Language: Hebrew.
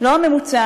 לא את הממוצע,